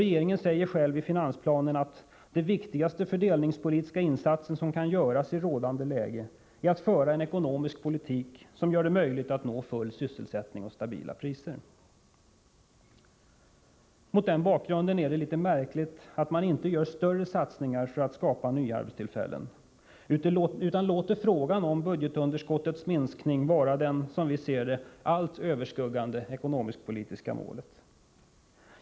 Regeringen säger själv i finansplanen att ”den viktigaste fördelningspolitiska insatsen som kan göras i rådande läge är att föra en ekonomisk politik som gör det möjligt att nå full sysselsättning och stabila priser”. Mot den bakgrunden är det litet märkligt att man inte gör större satsningar för att skapa nya arbetstillfällen utan låter frågan om budgetunderskottets minskning vara det som vi ser det allt överskuggande ekonomisk-politiska målet.